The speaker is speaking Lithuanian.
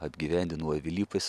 apgyvendinau avily pas